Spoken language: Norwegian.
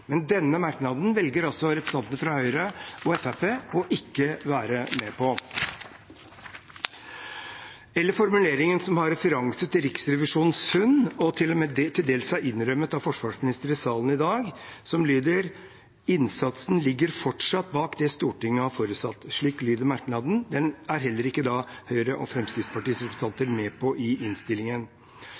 Men denne merknaden velger altså representantene fra Høyre og Fremskrittspartiet ikke å være med på – og heller ikke formuleringen som har referanse til Riksrevisjonens funn, og som til og med til dels er innrømmet av forsvarsministeren i salen i dag, som lyder: Innsatsen ligger fortsatt «langt bak det Stortinget har forutsatt». Slik lyder merknaden. Den er heller ikke Høyre og Fremskrittspartiets representanter med på i innstillingen.